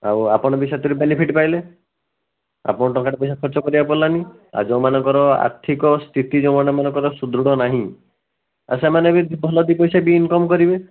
ଆଉ ଆପଣ ବି ସେଥିରେ ବେନିଫିଟ୍ ପାଇଲେ ଆପଣ ଟଙ୍କାଟିଏ ନିଜେ ପଇସା ଖର୍ଚ୍ଚ କରିବାକୁ ପଡ଼ିଲାନି ଆଉ ଯେଉଁମାନଙ୍କର ଆର୍ଥିକ ସ୍ଥିତି ଯେଉଁମାନଙ୍କର ସୃଦୁଢ଼ ନାହିଁ ସେମାନେ ବି ଭଲ ଦୁଇ ପଇସା ବି ଇନକମ୍ କରିବେ